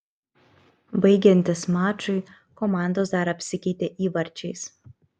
baigiantis mačui komandos dar apsikeitė įvarčiais